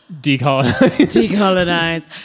decolonize